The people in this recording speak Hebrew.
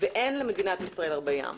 ואין למדינת ישראל הרבה ים.